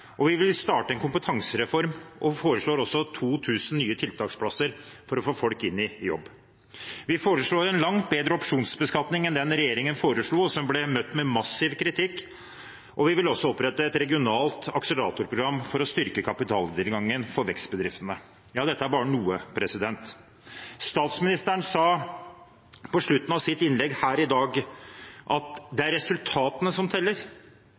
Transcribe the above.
distriktene. Vi vil starte en kompetansereform, og foreslår også 2 000 nye tiltaksplasser for å få folk inn i jobb. Vi foreslår en langt bedre opsjonsbeskatning enn den regjeringen foreslo, og som ble møtt med massiv kritikk. Vi vil også opprette et regionalt akseleratorprogram for å styrke kapitaltilgangen for vekstbedriftene. Ja, dette er bare noe. Statsministeren sa på slutten av sitt innlegg her i dag at det er resultatene som teller.